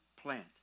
plant